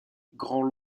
grand